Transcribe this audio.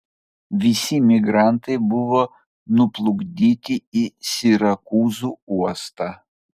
visi migrantai buvo nuplukdyti į sirakūzų uostą